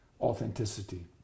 authenticity